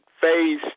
phase